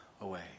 away